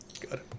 Good